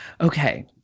okay